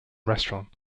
restaurants